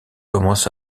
commence